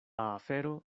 afero